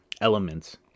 elements